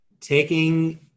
taking